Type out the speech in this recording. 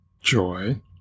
joy